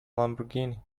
lamborghini